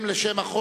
הם, לשם החוק,